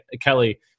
Kelly